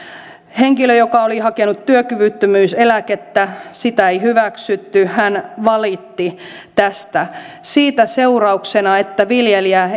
henkilö oli hakenut työkyvyttömyyseläkettä sitä ei hyväksytty hän valitti tästä siitä oli seurauksena että viljelijä